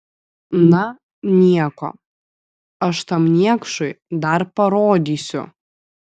na nieko aš tam niekšui dar parodysiu